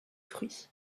fruits